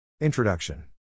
Introduction